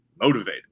motivated